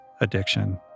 addiction